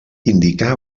indicar